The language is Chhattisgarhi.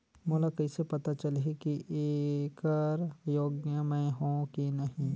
मोला कइसे पता चलही की येकर योग्य मैं हों की नहीं?